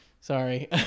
sorry